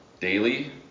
Daily